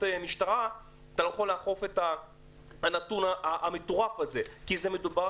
משטרה אתה לא יכול לאכוף את הנתון המטורף הזה כי מדובר